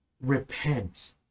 repent